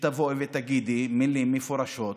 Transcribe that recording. שתבואי ותגידי מילים מפורשות.